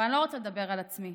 אבל אני לא רוצה לדבר על עצמי,